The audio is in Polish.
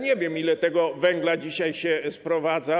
Nie wiem, ile tego węgla dzisiaj się sprowadza.